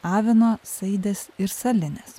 avino saidės ir salinės